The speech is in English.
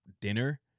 dinner